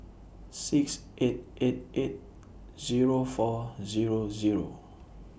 six eight eight eight Zero four Zero Zero